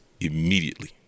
immediately